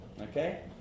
Okay